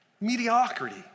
mediocrity